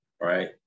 Right